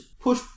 push